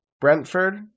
Brentford